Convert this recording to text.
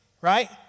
right